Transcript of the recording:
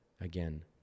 Again